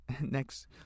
next